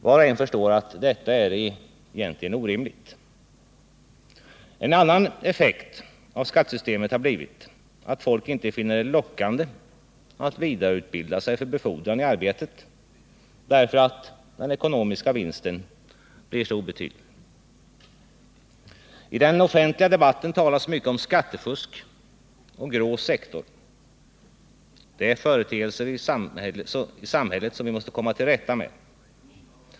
Var och en förstår att detta egentligen är orimligt. En annan effekt av skattesystemet har blivit att folk inte finner det lockande att vidareutbilda sig för befordran i arbetet därför att den ekonomiska vinsten blir så obetydlig. I den offentliga debatten talas mycket om skattefusk och en grå sektor. Det är företeelser i samhället som vi måste komma till rätta med.